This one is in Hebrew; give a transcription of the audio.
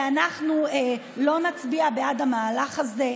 ואנחנו לא נצביע בעד המהלך הזה.